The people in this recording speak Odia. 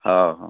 ହଁ ହଁ